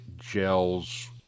gels